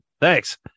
Thanks